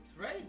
right